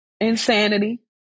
Insanity